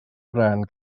bren